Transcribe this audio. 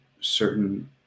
certain